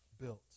Built